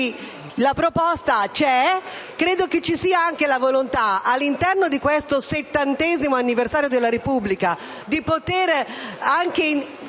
la proposta c'è e credo che ci sia anche la volontà, in questo settantesimo anniversario della Repubblica, di poter dedicare